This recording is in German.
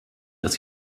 dass